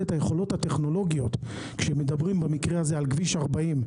היכולות הטכנולוגיות כשמדברים על כביש 40,